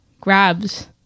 grabs